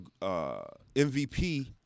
MVP